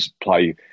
play